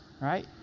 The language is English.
right